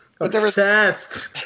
obsessed